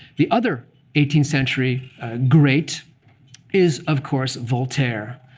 the other eighteenth century great is, of course, voltaire.